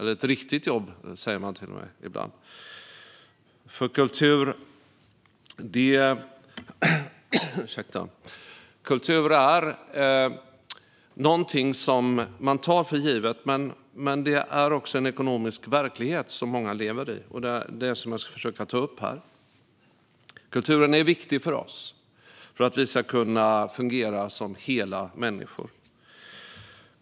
Ett riktigt jobb, säger man till och med ibland. Kultur är någonting som man tar för givet, men den innebär också en ekonomisk verklighet som många lever i. Det är det som jag ska försöka ta upp här. Kulturen är viktig för oss och för att vi ska kunna fungera som hela människor.